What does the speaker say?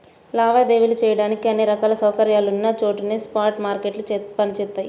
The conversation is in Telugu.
లావాదేవీలు చెయ్యడానికి అన్ని రకాల సౌకర్యాలున్న చోటనే స్పాట్ మార్కెట్లు పనిచేత్తయ్యి